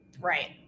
Right